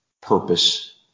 purpose